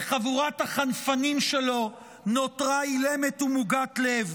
וחבורת החנפנים שלו נותרה אילמת ומוגת לב.